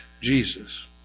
Jesus